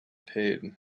paid